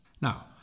Now